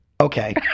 Okay